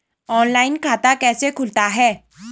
Online खाता कैसे खुलता है?